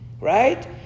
Right